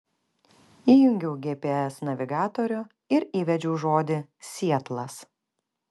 įjungiau gps navigatorių ir įvedžiau žodį sietlas